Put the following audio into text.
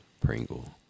Pringle